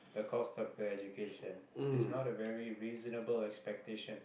the cost of the education is not a very reasonable expectation